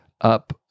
up